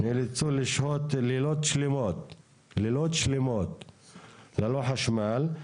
נאלצו לשהות לילות שלמים ללא חשמל.